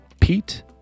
Pete